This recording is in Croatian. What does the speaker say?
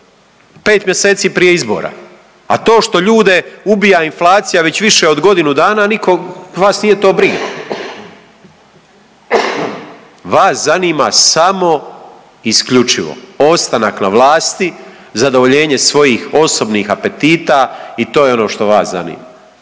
5 mjeseci prije izbora, a to što ljude ubija inflacija već više od godinu dana, nikog, vas nije to briga. Vas zanima samo i isključivo ostanak na vlasti, zadovoljenje svojih osobnih apetita i to je ono što vas zanima.